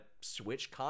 switch